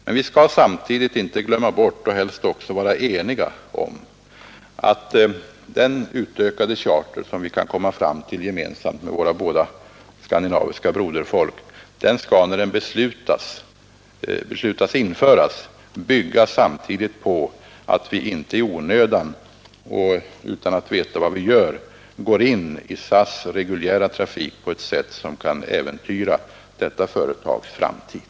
Men vi skall samtidigt inte glömma — och helst vara eniga om — att den utökade charter som vi kan komma fram till gemensamt med våra båda skandinaviska broderfolk skall, när man beslutar införa den, samtidigt bygga på att vi inte i onödan, och utan att veta vad vi gör, går in i SAS:s reguljära trafik på ett sätt som kan äventyra detta företags framtid.